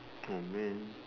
oh man